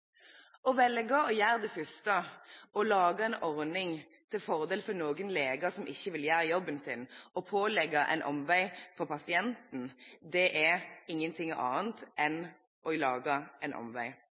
Å velge å gjøre det første – å lage en ordning til fordel for noen leger som ikke vil gjøre jobben sin, og pålegge pasienten en omvei – er ingenting annet